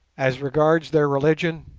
as regards their religion,